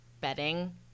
bedding